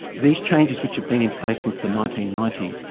these changes which have been in place since the nineteen ninety s,